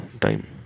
time